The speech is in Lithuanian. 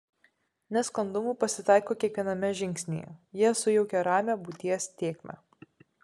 nesklandumų pasitaiko kiekviename žingsnyje jie sujaukia ramią būties tėkmę